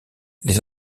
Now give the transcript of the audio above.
les